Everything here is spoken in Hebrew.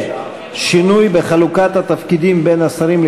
ועל שינוי בחלוקת התפקידים בין השרים,